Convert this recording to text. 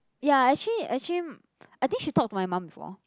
ya actually actually I think she talk to my mom before